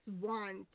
want